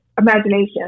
imagination